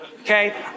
Okay